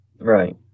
right